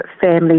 family